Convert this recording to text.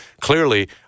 clearly